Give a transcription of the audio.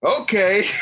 okay